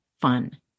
fun